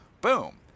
Boom